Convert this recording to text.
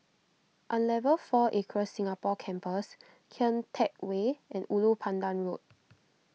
Unilever four Acres Singapore Campus Kian Teck Way and Ulu Pandan Road